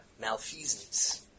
malfeasance